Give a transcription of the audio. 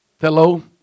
Hello